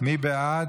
מי בעד?